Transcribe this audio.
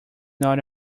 not